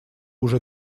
уже